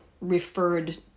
referred